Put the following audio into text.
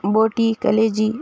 بوٹی کلیجی